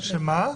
שיפתרו את הבעיה.